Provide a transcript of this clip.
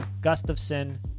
Gustafson